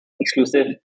exclusive